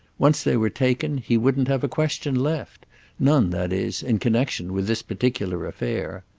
once they were taken he wouldn't have a question left none, that is, in connexion with this particular affair.